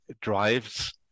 drives